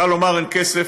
קל לומר: אין כסף.